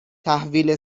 تحویل